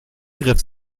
griff